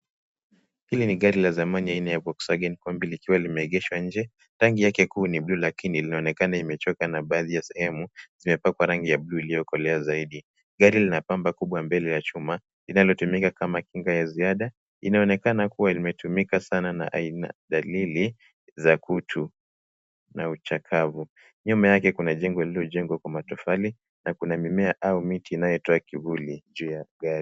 Hili ni gari la zamani aina ya volkswagen kombi likiwa limeegeshwa nje. Rangi yake kuu ni buluu lakini linaonekana limechoka na baadhi ya sehemu zimepakwa rangi ya buluu iliyokolea zaidi. gari lina bumper kubwa mbele ya chuma linalotumika kama kina ya ziada. Linaonekana kama limetumika sana na ina dalili ya kutu na uchakavu. Nyuma yake kuna jengo lililojengwa kwa matfali na kuna mimea au miti inayotoa kivuli juu ya gari.